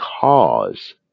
cause